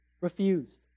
refused